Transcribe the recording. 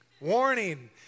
Warning